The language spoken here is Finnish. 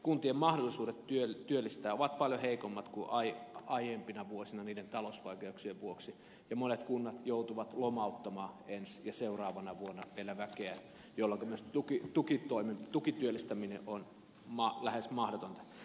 kuntien mahdollisuudet työllistää ovat paljon heikommat kuin aiempina vuosina niiden talousvaikeuksien vuoksi ja monet kunnat joutuvat lomauttamaan ensi ja seuraavana vuonna vielä väkeä jolloinka myös tukityöllistäminen on lähes mahdotonta